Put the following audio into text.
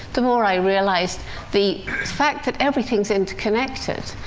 the more i realized the fact that everything's interconnected,